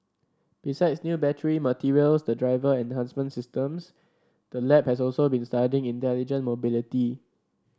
besides new battery materials and driver enhancement systems the lab has also been studying intelligent mobility